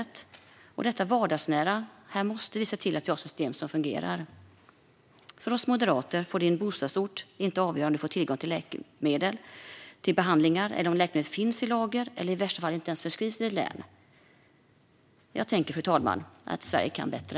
När det gäller detta vardagsnära måste vi se till att vi har system som fungerar. För oss moderater får din bostadsort inte avgöra om du får tillgång till läkemedelsbehandlingar eller om läkemedlet finns i lager eller i värsta fall inte ens förskrivs i ditt län. Jag tänker, fru talman, att Sverige kan bättre.